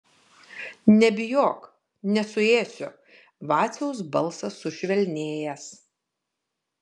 nebijok nesuėsiu vaciaus balsas sušvelnėjęs